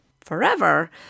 forever